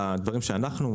בדברים שאנחנו,